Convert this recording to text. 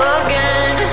again